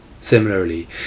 Similarly